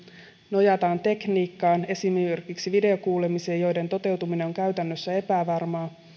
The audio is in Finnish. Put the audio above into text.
nojataan tekniikkaan esimerkiksi videokuulemisiin joiden toteutuminen on käytännössä epävarmaa